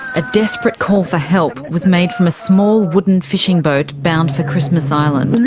a desperate call for help was made from a small wooden fishing boat bound for christmas island.